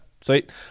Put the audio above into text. sweet